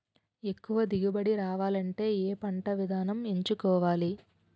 ఎక్కువ దిగుబడి రావాలంటే ఏ పంట విధానం ఎంచుకోవాలి?